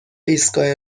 ایستگاه